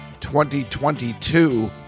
2022